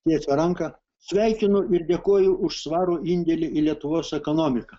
tiesia ranką sveikinu ir dėkoju už svarų indėlį į lietuvos ekonomiką